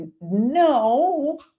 no